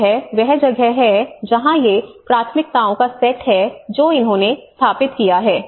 तो यह वह जगह है जहां ये प्राथमिकताओं का सेट है जो उन्होंने स्थापित किया है